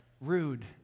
rude